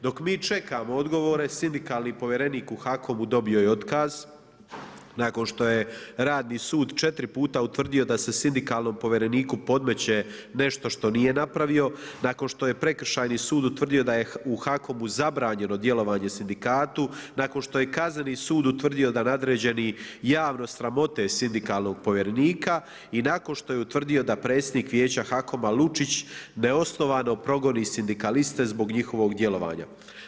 Dok mi čekamo odgovore, sindikalni povjerenik u HAKOM-u dobio je otkaz nakon što je radni sud 4 puta utvrdio da je sindikalnom povjereniku podmeće nešto što nije napravio, nakon što je prekršajni sud utvrdio da je u HAKOM-u zabranjeno djelovanje sindikatu, nakon što je kazneni sud utvrdio da nadređeni javno sramote sindikalnog povjerenika i nakon što je utvrdio da predsjednik vijeća HAKOM-a Lučić, neosnovano progoni sindikaliste zbog njihovog djelovanja.